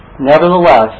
Nevertheless